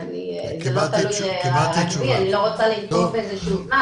לא תלוי רק בי, אני לא רוצה לנקוב בזמן.